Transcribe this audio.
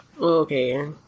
Okay